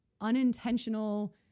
unintentional